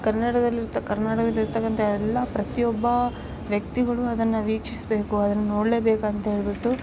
ಕನ್ನಡದಲ್ಲಿ ಇರ್ತ ಕನ್ನಡದಲ್ಲಿರ್ತಕ್ಕಂಥ ಎಲ್ಲ ಪ್ರತಿಯೊಬ್ಬ ವ್ಯಕ್ತಿಗಳು ಅದನ್ನ ವಿಕ್ಷೀಸಬೇಕು ಅದನ್ನ ನೋಡಲೇ ಬೇಕಂತ ಹೇಳ್ಬಿಟ್ಟು